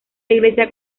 iglesia